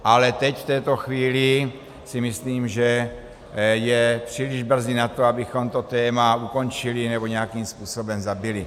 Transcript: Ale teď v této chvíli si myslím, že je příliš brzy na to, abychom to téma ukončili nebo nějakým způsobem zabili.